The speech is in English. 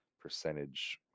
percentage